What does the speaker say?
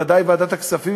ודאי בוועדת הכספים,